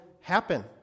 happen